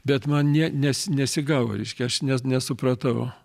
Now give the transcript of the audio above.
bet man ne nes nesigavo reiškia aš ne nesupratau